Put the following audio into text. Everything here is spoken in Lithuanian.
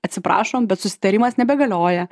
atsiprašom bet susitarimas nebegalioja